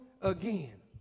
again